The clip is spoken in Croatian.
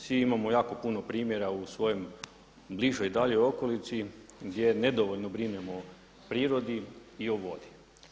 Svi imamo jako puno primjera u svojoj bližoj i daljoj okolici gdje nedovoljno brinemo o prirodi i o vodi.